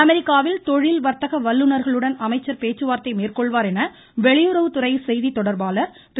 அமெரிக்காவில் தொழில் வர்த்தக வல்லுநர்களுடன் அமைச்சர் பேச்சுவார்த்தை மேற்கொள்வார் என வெளியுறவு செய்தி தொடர்பாளர் திரு